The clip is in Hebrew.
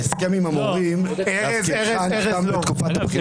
ההסכם עם המורים, להזכירך, נחתם בתקופת הבחירות.